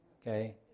okay